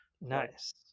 nice